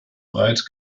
breit